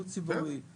הוא ציבורי,